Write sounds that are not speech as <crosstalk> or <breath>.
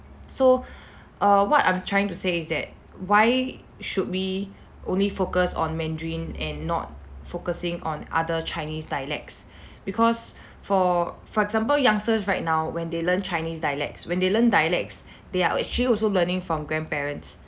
so <breath> err what I'm trying to say is that why should we only focus on mandarin and not focusing on other chinese dialects because for for example youngsters right now when they learn chinese dialects when they learn dialects they are actually also learning from grandparents